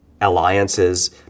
alliances